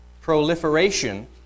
proliferation